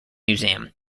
museum